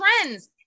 trends